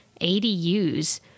ADUs